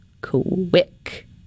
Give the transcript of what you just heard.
quick